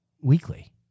weekly